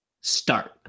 start